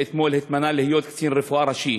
שאתמול התמנה להיות קצין רפואה ראשי.